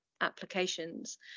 applications